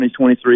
2023